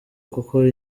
kuko